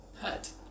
hut